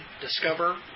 discover